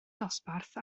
dosbarth